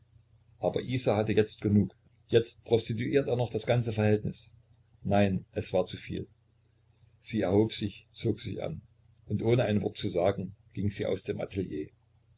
aber isa hatte jetzt genug jetzt prostituiert er noch das ganze verhältnis nein es war zu viel sie erhob sich zog sich an und ohne ein wort zu sagen ging sie aus dem atelier